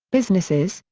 businesses,